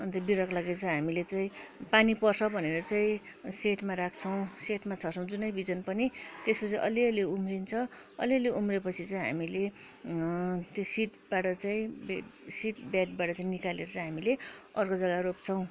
अन्त बिरुवाको लागि चाहिँ हामीले चाहिँ पानी पर्छ भनेर चाहिँ सेडमा राख्छौँ सेडमा छर्छौँ जुनै बिजन पनि त्यसपछि अलिअलि उम्रिन्छ अलिअलि उम्रिए पछि चाहिँ हामीले त्यो सिडबाट चाहिँ सिड बेडबाट चाहिँ निकालेर चाहिँ हामीले अर्को जग्गा रोप्छोैँ